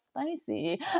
spicy